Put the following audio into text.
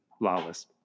Lawless